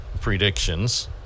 predictions